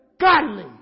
godly